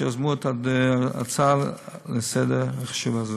שיזמו את ההצעה לסדר-היום החשובה הזו.